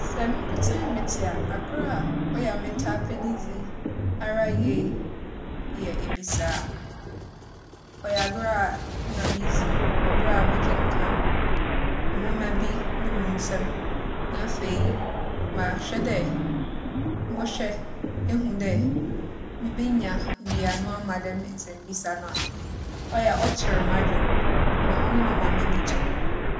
Sɛ mo nkotsee metse a, agor a ͻyɛ a metaa pɛ ne dzi ara yie yɛ ebisaa. ͻyɛ agor a nna midzi wͻ ber a mekenkan nwoma bi no mu nsɛm. Na afei, mahwɛ dɛ mͻhwɛ ehu dɛ mibenya nyiano ama dɛm nsɛmbisa no a. ͻyɛ a ͻkyer m'adwen, na ͻno na ͻma m'enyi gye ho.